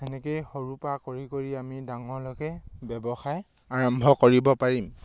সেনেকৈয়ে সৰুৰপৰা কৰি কৰি আমি ডাঙৰলৈকে ব্যৱসায় আৰম্ভ কৰিব পাৰিম